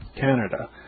Canada